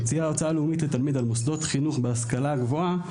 מוציאה הוצאה לאומית לתלמיד על מוסדות חינוך והשכלה גבוהה,